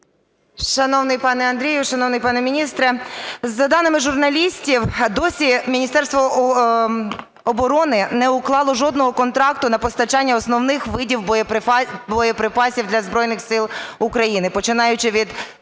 Шановний пане Андрію, шановний пане міністре! За даними журналістів, досі Міністерство оборони не уклало жодного контракту на постачання основних видів боєприпасів для Збройних Сил України, починаючи від